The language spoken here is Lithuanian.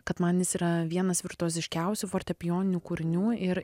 kad man jis yra vienas virtuoziškiausių fortepijoninių kūrinių ir